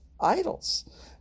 idols